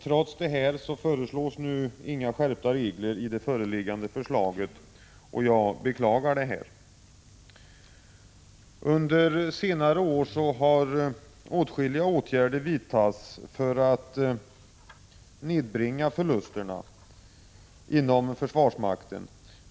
Trots detta föreslås det ingen skärpning av reglerna i den nu föreliggande propositionen. Jag beklagar det. Under senare år har åtskilliga åtgärder vidtagits för att nedbringa förlusterna inom försvarsmakten.